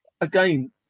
again